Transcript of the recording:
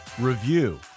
review